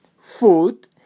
food